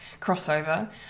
crossover